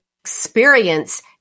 experience